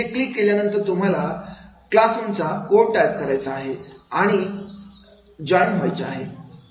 हे क्लिक केल्यानंतर तुम्हाला क्लास रूमचा कोड टाईप करायचा आहे आणि जॉईन वर क्लिक करायचं आहे